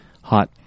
hot